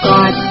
God